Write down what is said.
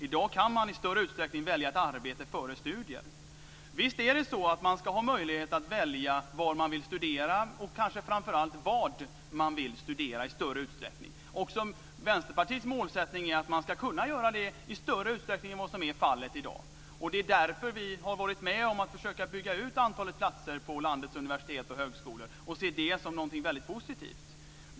I dag kan man i större utsträckning välja ett arbete före studier. Visst är det så att man ska ha möjlighet att välja var man vill studera och kanske framför allt vad man vill studera i större utsträckning. Vänsterpartiets målsättning är att man ska kunna göra det i större utsträckning än vad som är fallet i dag. Det är därför vi har varit med om att försöka bygga ut antalet platser på landets universitet och högskolor och ser det som någonting väldigt positivt.